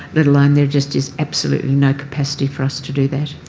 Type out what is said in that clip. let alone there just is absolutely no capacity for us to do that.